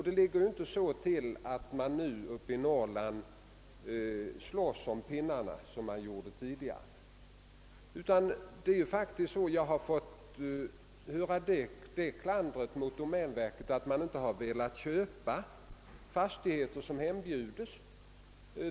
Det ligger ju inte så till att man nu slåss om pinnarna uppe i de norrländska skogarna som man gjorde tidigare. Jag har fått höra domänverket klandras för att verket inte har velat köpa fastigheter som hembjudits.